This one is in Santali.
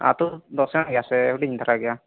ᱟᱹᱛᱩ ᱫᱚ ᱥᱮᱬᱟ ᱜᱮᱭᱟ ᱥᱮ ᱦᱩᱰᱤᱧ ᱫᱷᱟᱨᱟ ᱜᱮᱭᱟ